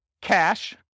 cash